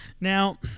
Now